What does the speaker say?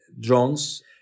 drones